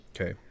Okay